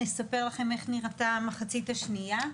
נספר לכם איך נראתה המחצית השנייה,